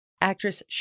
actress